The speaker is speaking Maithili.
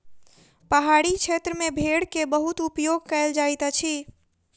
पहाड़ी क्षेत्र में भेड़ के बहुत उपयोग कयल जाइत अछि